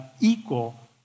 equal